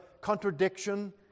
contradiction